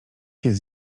jest